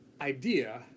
idea